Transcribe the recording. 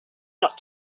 not